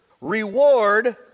reward